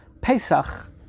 Pesach